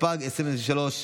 התשפ"ג 2023,